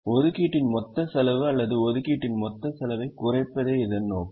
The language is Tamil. ஒதுக்கீட்டின் மொத்த செலவு அல்லது ஒதுக்கீட்டின் மொத்த செலவைக் குறைப்பதே இதன் நோக்கம்